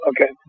Okay